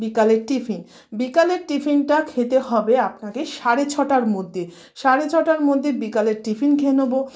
বিকালের টিফিন বিকালের টিফিনটা খেতে হবে আপনাকে সাড়ে ছটার মধ্যে সাড়ে ছটার মধ্যে বিকালের টিফিন খেয়ে নেবো